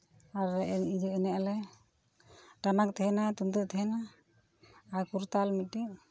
ᱟᱨ ᱮᱱᱮᱡ ᱟᱞᱮ ᱴᱟᱢᱟᱠ ᱛᱟᱦᱮᱱᱟ ᱛᱩᱢᱫᱟᱜ ᱛᱟᱦᱮᱱᱟ ᱟᱨ ᱠᱚᱨᱛᱟᱞ ᱢᱤᱫᱴᱤᱱ